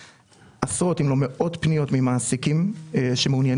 עשרות אם לא מאות פניות ממעסיקים שמעוניינים